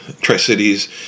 Tri-Cities